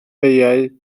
beiau